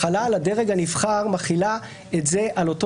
ההחלה על הדרג הנבחר מחילה את זה על אותו